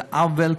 זה עוול,